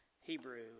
Hebrew